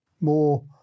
More